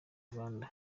rwanda